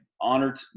honored